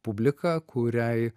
publika kuriai